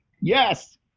yes